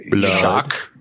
shock